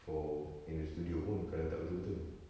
for in the studio pun kalau tak betul-betul